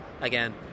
again